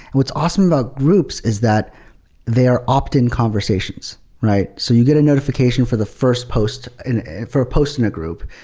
what's awesome about groups is that they are opt-in conversations, right? so you get a notification for the first post for a post in a group,